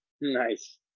Nice